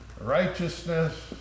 righteousness